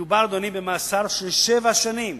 מדובר, אדוני, במאסר של שבע שנים